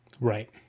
Right